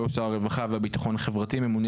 (3)שר הרווחה והביטחון החברתי ממונה